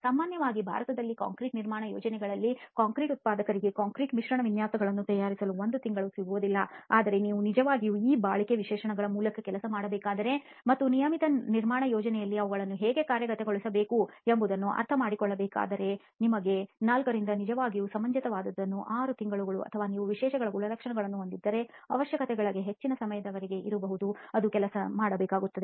ಸಾಮಾನ್ಯವಾಗಿ ಭಾರತದಲ್ಲಿ ಕಾಂಕ್ರೀಟ್ ನಿರ್ಮಾಣ ಯೋಜನೆಗಳಲ್ಲಿ ಕಾಂಕ್ರೀಟ್ ಉತ್ಪಾದಕರಿಗೆ ಕಾಂಕ್ರೀಟ್ ಮಿಶ್ರಣ ವಿನ್ಯಾಸಗಳನ್ನು ತಯಾರಿಸಲು ಒಂದು ತಿಂಗಳು ಸಿಗುವುದಿಲ್ಲ ಆದರೆ ನೀವು ನಿಜವಾಗಿಯೂ ಈ ಬಾಳಿಕೆ ವಿಶೇಷಣಗಳ ಮೂಲಕ ಕೆಲಸ ಮಾಡಬೇಕಾದರೆ ಮತ್ತು ನಿಯಮಿತ ನಿರ್ಮಾಣ ಯೋಜನೆಯಲ್ಲಿ ಅವುಗಳನ್ನು ಹೇಗೆ ಕಾರ್ಯಗತಗೊಳಿಸಬೇಕು ಎಂಬುದನ್ನು ಅರ್ಥಮಾಡಿಕೊಳ್ಳಬೇಕಾದರೆ ನಿಮಗೆ 4 ರಿಂದ ನಿಜವಾಗಿಯೂ ಸಮಂಜಸವಾದದ್ದನ್ನು ರೂಪಿಸಲು 6 ತಿಂಗಳುಗಳು ಮತ್ತು ನೀವು ವಿಶೇಷ ಗುಣಲಕ್ಷಣಗಳನ್ನು ಹೊಂದಿದ್ದರೆ ಅವಶ್ಯಕತೆಗಳು ಹೆಚ್ಚಿನ ಸಮಯದವರೆಗೆ ಇರಬಹುದು ಮತ್ತು ಅದು ಕೆಲಸ ಮಾಡಬೇಕಾಗುತ್ತದೆ